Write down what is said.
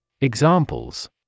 Examples